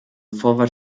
vorwand